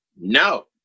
No